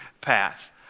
path